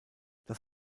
das